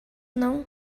não